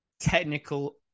technical